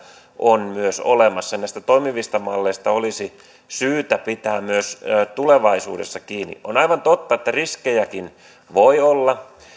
on myös olemassa ja näistä toimivista malleista olisi syytä pitää myös tulevaisuudessa kiinni on aivan totta että riskejäkin voi olla